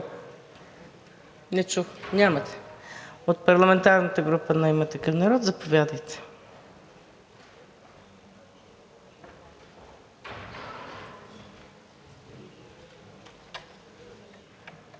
Нямате. От парламентарната група на „Има такъв народ“? Заповядайте.